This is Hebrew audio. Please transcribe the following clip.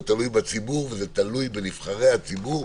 זה תלוי בציבור וזה תלוי בנבחרי הציבור,